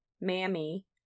Mammy